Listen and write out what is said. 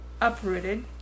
uprooted